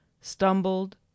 stumbled